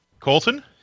Colton